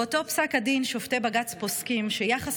באותו פסק הדין שופטי בג"ץ פוסקים שיחס